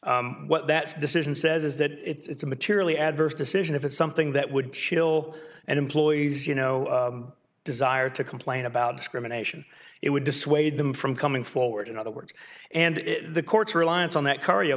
duties what that decision says is that it's a materially adverse decision if it's something that would chill and employees you know desire to complain about discrimination it would dissuade them from coming forward in other words and the courts reliance on that cardio